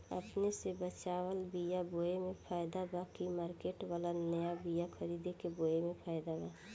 अपने से बचवाल बीया बोये मे फायदा बा की मार्केट वाला नया बीया खरीद के बोये मे फायदा बा?